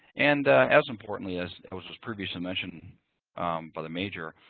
and as importantly as was was previously mentioned by the major,